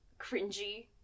cringy